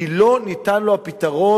כי לא ניתן לו הפתרון,